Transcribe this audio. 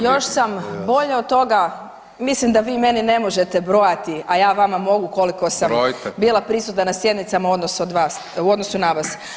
Još sam bolje od toga, mislim da vi meni ne možete brojati, a ja vama mogu koliko sam bila prisutna na sjednicama u odnosu na vas.